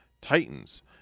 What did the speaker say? Titans